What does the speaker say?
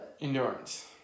Endurance